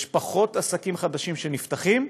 פחות עסקים חדשים נפתחים,